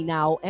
Now